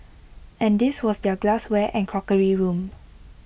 and this was their glassware and crockery room